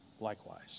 likewise